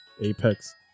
apex